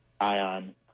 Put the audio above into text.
ion